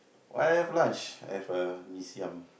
what I have lunch I have uh mee-siam